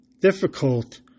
difficult